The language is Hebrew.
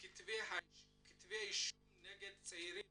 וכתבי האישום נגד צעירים